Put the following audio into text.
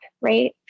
right